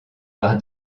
par